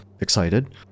excited